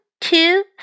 two